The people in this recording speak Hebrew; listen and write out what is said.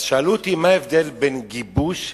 אז שאלו אותי מה ההבדל בין גיבוש לגבוש,